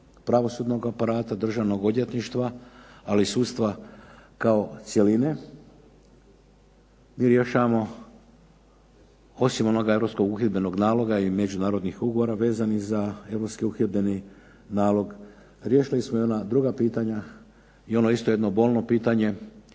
pravosudnog aparata, državnog odvjetništva, ali sudstva kao cjeline. Mi rješavamo osim onoga europskog uhidbenog naloga i međunarodnih ugovora vezanih za europski uhidbeni nalog. Riješili smo i ona druga pitanja i ono isto jedno bolno pitanje